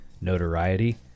notoriety